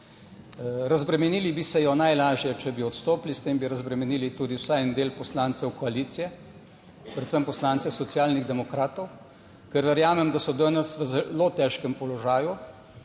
Razbremenili bi se jo najlažje, če bi odstopili. S tem bi razbremenili tudi vsaj en del poslancev koalicije, predvsem poslance Socialnih demokratov, ker verjamem, da so danes v zelo težkem položaju,